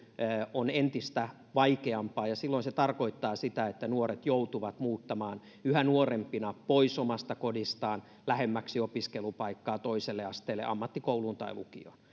on entistä vaikeampaa ja se tarkoittaa sitä että nuoret joutuvat muuttamaan yhä nuorempina pois omasta kodistaan lähemmäksi opiskelupaikkaa toiselle asteelle ammattikouluun tai lukioon